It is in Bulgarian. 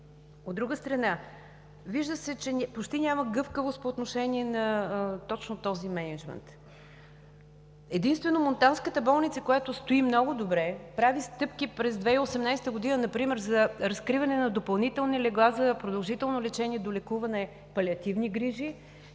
От друга страна, вижда се, че почти няма гъвкавост по отношение на точно този мениджмънт. Единствено монтанската болница, която стои много добре, прави стъпки през 2018 г. например за разкриване на допълнителни легла за продължително лечение, долекуване, палиативни грижи.